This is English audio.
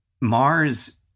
Mars